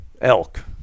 elk